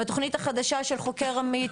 והתוכנית החדשה של חוקר עמית,